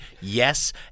Yes